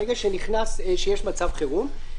ברגע שיש מצב חירום,